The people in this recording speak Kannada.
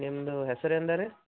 ನಿಮ್ಮದು ಹೆಸ್ರು ಏನದ ರೀ